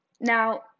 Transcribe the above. Now